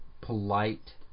polite